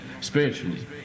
spiritually